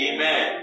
Amen